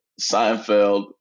seinfeld